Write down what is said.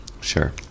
Sure